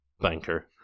banker